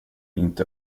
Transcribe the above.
inte